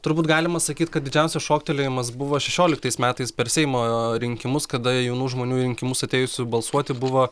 turbūt galima sakyt kad didžiausias šoktelėjimas buvo šešioliktais metais per seimo rinkimus kada jaunų žmonių į rinkimus atėjusių balsuoti buvo